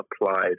applied